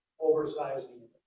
oversizing